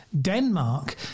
Denmark